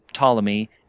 Ptolemy